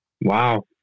Wow